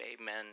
amen